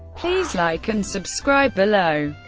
please like and subscribe below.